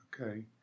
okay